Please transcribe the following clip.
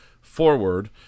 forward